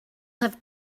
have